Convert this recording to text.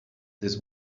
this